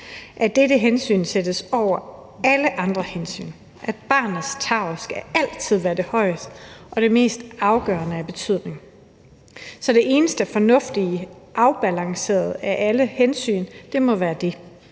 Dette hensyn skal sættes over alle andre hensyn, barnets tarv skal altid være det vigtigste og det, der har den altafgørende betydning. Så det eneste fornuftige og afbalancerede af alle hensyn må være det.